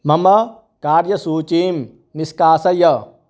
मम कार्यसूचीं निष्कासय